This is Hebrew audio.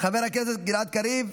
חברת הכנסת גלעד קריב,